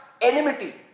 enmity